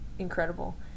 incredible